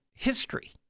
history